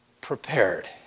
prepared